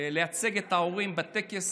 לייצג את ההורים בטקס